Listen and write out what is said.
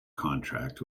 contract